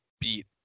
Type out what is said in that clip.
beat